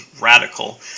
radical